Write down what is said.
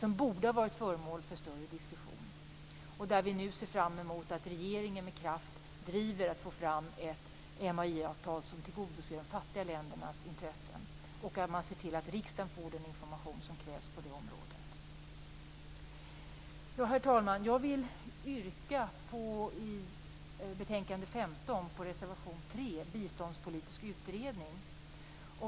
Det borde ha varit föremål för en sådan diskussion. Vi ser nu fram emot att regeringen med kraft driver att få fram ett MAI-avtal som tillgodoser de fattiga ländernas intressen och ser till att riksdagen får den information som krävs på detta område. Herr talman! Jag yrkar i betänkande 15 bifall till reservation 3 om biståndspolitisk utredning.